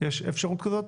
יש אפשרות כזאת?